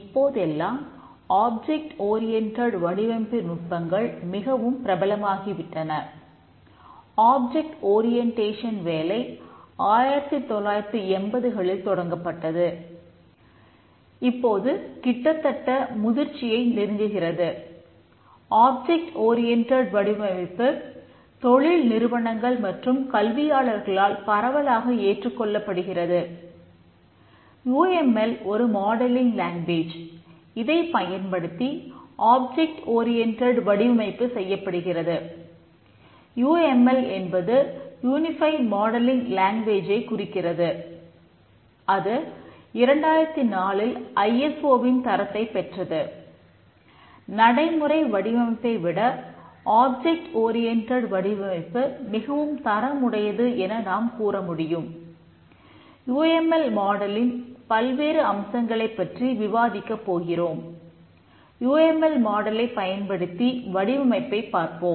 இப்போதெல்லாம் object oriented பயன்படுத்தி வடிவமைப்பைப் பார்ப்போம்